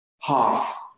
half